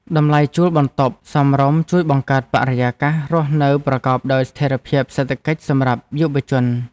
តម្លៃជួលបន្ទប់សមរម្យជួយបង្កើតបរិយាកាសរស់នៅប្រកបដោយស្ថិរភាពសេដ្ឋកិច្ចសម្រាប់យុវជន។